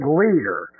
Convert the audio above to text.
leader